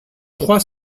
trois